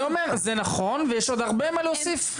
אני אומר זה נכון ויש עוד הרבה מה להוסיף.